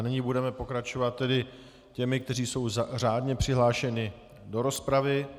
Nyní budeme pokračovat těmi, kteří jsou řádně přihlášeni do rozpravy.